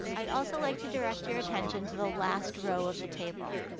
i'd also like to direct your attention to the last row of the table.